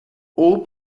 all